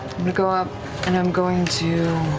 to go up and i'm going to,